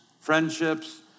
Friendships